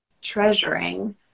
treasuring